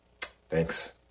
Thanks